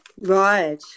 Right